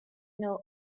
know